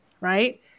Right